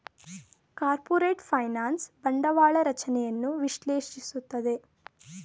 corporate finance ಬಂಡವಾಳ ರಚನೆಯನ್ನು ವಿಶ್ಲೇಷಿಸುತ್ತದೆ